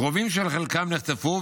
קרובים של חלקם נחטפו,